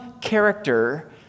character